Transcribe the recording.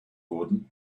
wurden